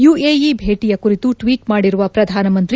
UAE ಭೇಟಿಯ ಕುರಿತು tweet ಮಾಡಿರುವ ಪ್ರಧಾನಮಂತ್ರಿ